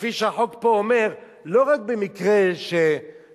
כפי שהחוק פה אומר, לא רק במקרה המזעזע